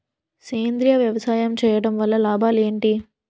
సేంద్రీయ వ్యవసాయం చేయటం వల్ల లాభాలు ఏంటి?